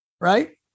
right